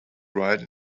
ride